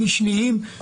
משניים.